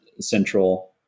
central